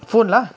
phone lah